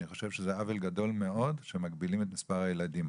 אני חושב שזה עוול גדול מאוד שמגבילים את מספר הילדים.